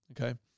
okay